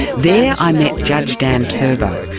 there, i met judge dan turbow,